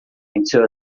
into